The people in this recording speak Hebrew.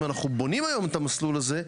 אם אנחנו בונים היום את המסלול הזה,